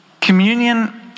Communion